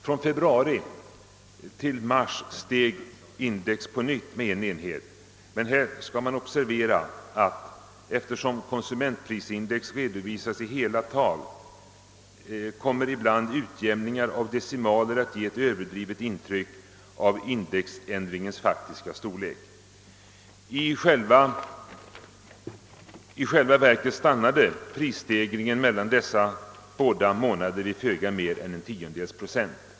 Från februari till mars steg index på nytt med en enhet, men här skall man observera, att eftersom konsumentprisindex redovisas i hela tal kommer utjämningar av decimaler ibland att ge ett överdrivet intryck av indexändringens faktiska storlek. I realiteten stannade prisstegringen mellan dessa båda månader vid föga mer än en tiondels procent.